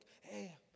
hey